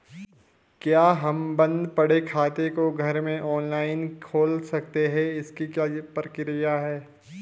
क्या हम बन्द पड़े खाते को घर में ऑनलाइन खोल सकते हैं इसकी क्या प्रक्रिया है?